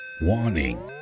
warning